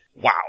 wow